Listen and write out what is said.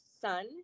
son